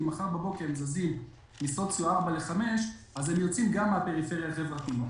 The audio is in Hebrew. אם מחר הם זזים מסוציו 4 ל-5 אז הם גם יוצאים מהפריפריה החברתית.